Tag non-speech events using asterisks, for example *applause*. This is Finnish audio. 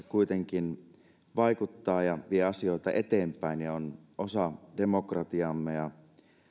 *unintelligible* kuitenkin vaikuttaa ja vie asioita eteenpäin ja on osa demokratiaamme ja